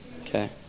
Okay